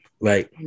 Right